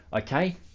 okay